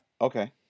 Okay